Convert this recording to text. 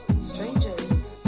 strangers